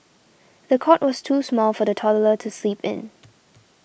the cot was too small for the toddler to sleep in